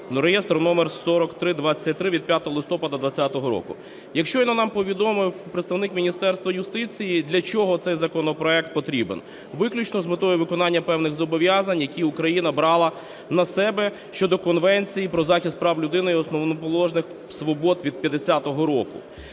(реєстровий номер 4323) (від 5 листопада 20-го року). Як щойно нам повідомив представник Міністерства юстиції, для чого цей законопроект потрібен – виключно з метою виконання певних зобов'язань, які Україна брала на себе щодо Конвенції про захист прав людини і основоположних свобод (від 50-го року).